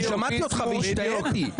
אני שמעתי אותך והשתאיתי.